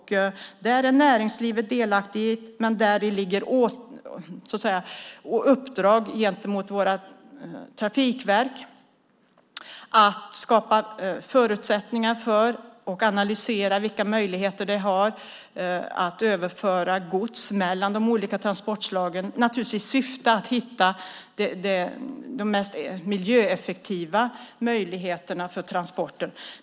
Näringslivet är delaktigt och det finns uppdrag för våra trafikverk att skapa förutsättningar och se över vilka möjligheter som finns att överföra gods mellan de olika transportslagen i syfte att hitta de mest miljöeffektiva transporterna.